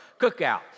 cookout